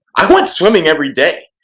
i went swimming every day.